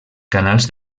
canals